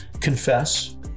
Confess